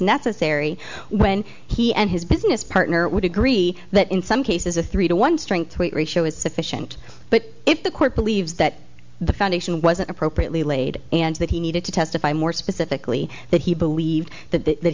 necessary when he and his business partner would agree that in some cases a three to one strength weight ratio is sufficient but if the court believes that the foundation wasn't appropriately laid and that he needed to testify more specifically that he believed that that